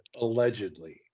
allegedly